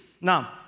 Now